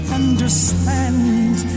understand